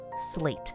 slate